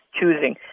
choosing